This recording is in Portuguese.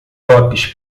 tops